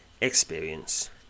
Experience